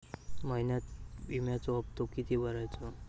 महिन्यात विम्याचो हप्तो किती भरायचो?